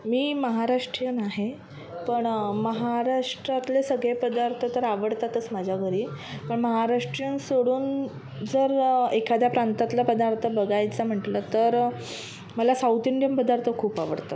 मी महाराष्ट्रीयन आहे पण महाराष्ट्रातले सगळे पदार्थ तर आवडतातच माझ्या घरी पण महाराष्ट्रीयन सोडून जर एखाद्या प्रांतातलं पदार्थ बघायचं म्हटलं तर मला साऊथ इंडियन पदार्थ खूप आवडतात